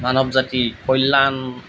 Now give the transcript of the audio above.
মানৱ জাতিৰ কল্যাণ